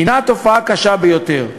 הנה תופעה קשה ביותר.